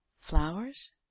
Flowers